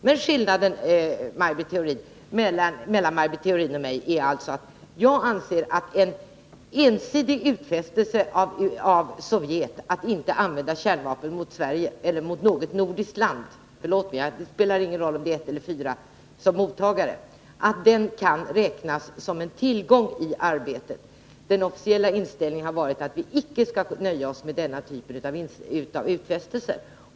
Men skillnaden mellan Maj Britt Theorin och mig är att jag inte anser att en ensidig utfästelse av Sovjet att inte använda kärnvapen mot Sverige eller mot något nordiskt land — det spelar ingen roll om det gäller ett land eller fler — kan räknas som en tillgång i arbetet. Den officiella inställningen har varit att vi icke skall nöja oss med denna typ av utfästelse.